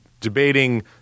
debating